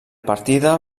partida